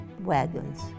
wagons